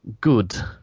good